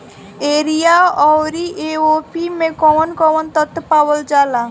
Urea औरी ए.ओ.पी मै कौवन कौवन तत्व पावल जाला?